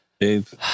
Dave